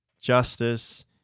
justice